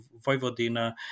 Vojvodina